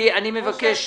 משה,